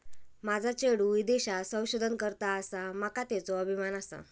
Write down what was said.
माझा चेडू ईदेशात संशोधन करता आसा, माका त्येचो अभिमान आसा